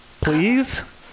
Please